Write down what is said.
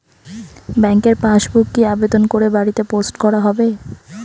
ব্যাংকের পাসবুক কি আবেদন করে বাড়িতে পোস্ট করা হবে?